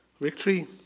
Victory